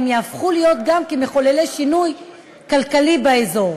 הם יהפכו להיות גם מחוללי שינוי כלכלי באזור.